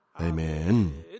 Amen